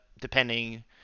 depending